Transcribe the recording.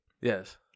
Yes